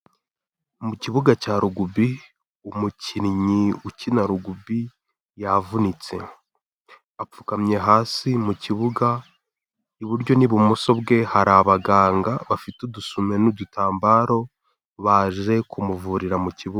Mu kibuga cya rugubi, umukinnyi ukina rugubi yavunitse, apfukamye hasi mu kibuga, iburyo n'ibumoso bwe hari abaganga bafite udusume n'udutambaro, baje kumuvurira mu kibuga.